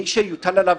מי שיוטל עליו